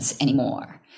anymore